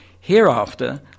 Hereafter